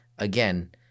Again